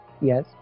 Yes